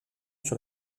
sur